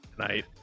tonight